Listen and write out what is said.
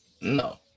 No